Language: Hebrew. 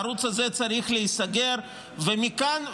הערוץ הזה צריך להיסגר, ומכאן ולהבא,